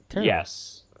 yes